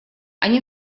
они